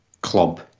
club